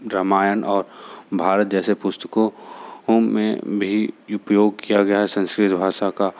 रामायण और भारत जैसे पुस्तकों में भी उपयोग किया गया है संस्कृत भाषा का